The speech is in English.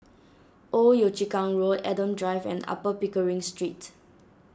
Old Yio Chu Kang Road Adam Drive and Upper Pickering Street